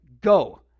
go